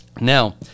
now